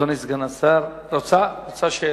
רוצה?